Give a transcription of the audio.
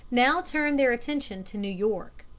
now turned their attention to new york.